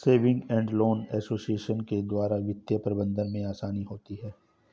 saving and loan association के द्वारा वित्तीय प्रबंधन में आसानी होती है